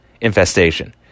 infestation